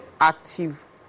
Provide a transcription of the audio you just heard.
active